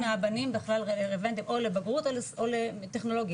16% מהבנים בכלל רלבנטיים או לבגרות או לטכנולוגי.